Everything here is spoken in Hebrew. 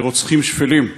רוצחים שפלים,